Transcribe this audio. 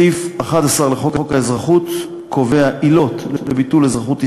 סעיף 11 לחוק האזרחות קובע עילות לביטול אזרחות ישראלית: